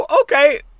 Okay